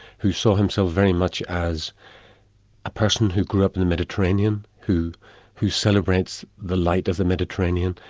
who saw himself very much as a person who grew up in the mediterranean, who who celebrates the light of the mediterranean,